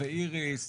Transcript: איריס,